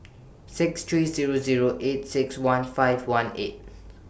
six three Zero Zero eight six one five one eight